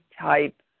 type